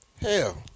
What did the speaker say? Hell